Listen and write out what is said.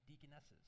deaconesses